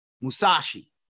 Musashi